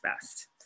best